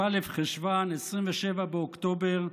בכ"א בחשוון, 27 באוקטובר,